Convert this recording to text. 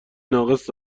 ناقص